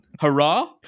Hurrah